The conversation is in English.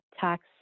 tax